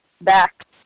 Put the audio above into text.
back